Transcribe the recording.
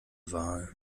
wahl